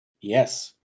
yes